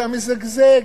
אתה מזגזג.